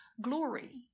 glory